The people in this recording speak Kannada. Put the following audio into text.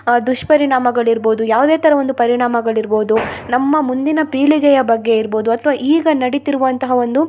ಆ ದುಷ್ಪರಿಣಾಮಗಳು ಇರ್ಬೋದು ಯಾವುದೇ ಥರ ಒಂದು ಪರಿಣಾಮಗಳು ಇರ್ಬೋದು ನಮ್ಮ ಮುಂದಿನ ಪೀಳಿಗೆಯ ಬಗ್ಗೆ ಇರ್ಬೋದು ಅಥ್ವ ಈಗ ನಡಿತಿರುವಂತಹ ಒಂದು